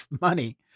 money